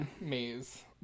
maze